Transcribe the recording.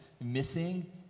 missing